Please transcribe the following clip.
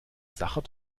sacher